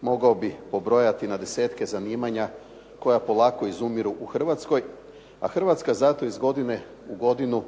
mogao bih pobrojati na desetke zanimanja koja polako izumiru u Hrvatskoj a Hrvatska zato iz godine u godinu